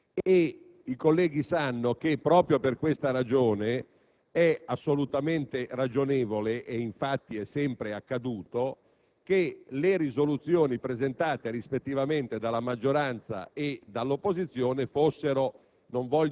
I colleghi sanno che proprio per questo è assolutamente ragionevole - infatti è sempre accaduto - che le risoluzioni presentate rispettivamente dalla maggioranza e dall'opposizione fossero tra